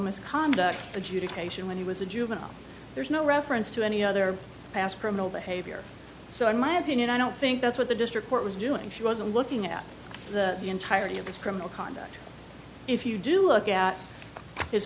misconduct adjudication when he was a juvenile there is no reference to any other past criminal behavior so in my opinion i don't think that's what the district court was doing she was looking at the entirety of his criminal conduct if you do look at his